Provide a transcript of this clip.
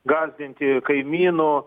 gąsdinti kaimynų